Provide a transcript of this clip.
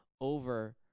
over